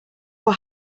were